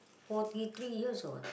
forty three years old